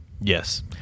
Yes